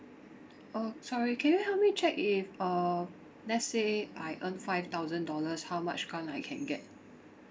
oh sorry can you help me check if uh let's say I earn five thousand dollars how much grant I can get